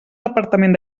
departament